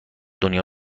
دنیا